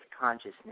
Consciousness